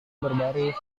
berbaris